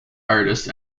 artist